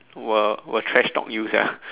will will trash talk you ah